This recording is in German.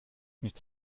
nichts